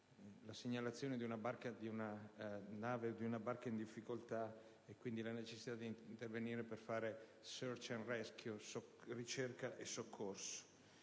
la segnalazione di una imbarcazione in difficoltà e quindi la necessità di intervenire per fare *search and rescue*, ricerca e soccorso.